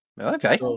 Okay